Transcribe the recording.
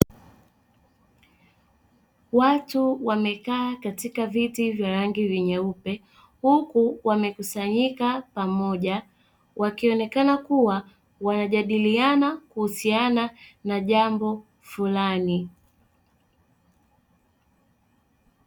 Watu wamekaa katika viti vya rangi nyeupe huku wamekusanyika pamoja wakionekana kuwa wanajadiliana kuhusiana na jambo fulani.